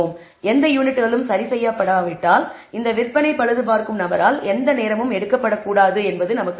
எந்த யூனிட்களும் சரிசெய்யப்படாவிட்டால் இந்த விற்பனை பழுதுபார்க்கும் நபரால் எந்த நேரமும் எடுக்கப்படக்கூடாது என்பது நமக்கு தெரியும்